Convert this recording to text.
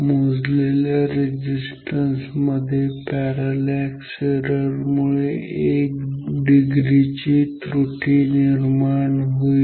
मोजलेल्या रेझिस्टन्स मध्ये आणि पॅरॅलॅक्स एरर मुळे 1 डिग्रीची त्रुटी निर्माण होईल